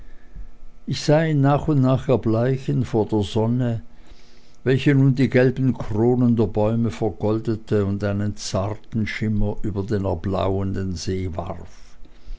ich sah ihn nach und nach erbleichen vor der sonne welche nun die gelben kronen der bäume vergoldete und einen zarten schimmer über den erblauenden see warf